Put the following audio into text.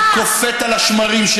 תשמע את הנאומים של